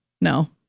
No